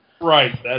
Right